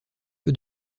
peu